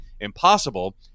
impossible